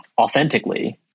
authentically